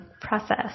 process